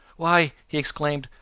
why! he exclaimed,